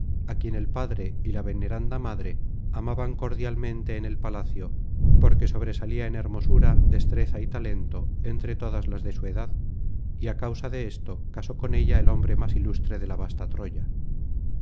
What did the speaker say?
á quien el padre y la veneranda madre amaban cordialmente en el palacio porque sobresalía en hermosura destreza y talento entre todas las de su edad y á causa de esto casó con ella el hombre más ilustre de la vasta troya